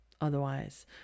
otherwise